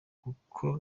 kuko